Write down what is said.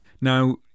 Now